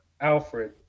Alfred